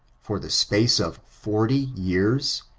for the space of forty years